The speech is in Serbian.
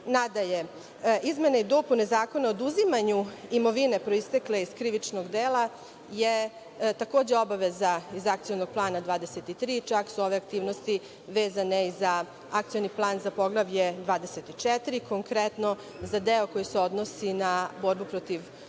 23.Nadalje, izmene i dopune Zakona o oduzimanju imovine proistekle iz krivičnog dela je takođe obaveza iz Akcionog plana 23, čak su ove aktivnosti vezane i za Akcioni plan za Poglavlje 24, konkretno za deo koji se odnosi na borbu protiv